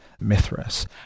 Mithras